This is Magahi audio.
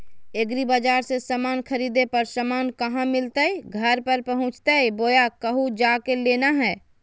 एग्रीबाजार से समान खरीदे पर समान कहा मिलतैय घर पर पहुँचतई बोया कहु जा के लेना है?